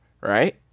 Right